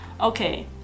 Okay